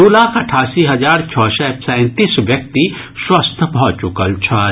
दू लाख अठासी हजार छओ सय सैंतीस व्यक्ति स्वस्थ भऽ चुकल छथि